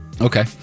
Okay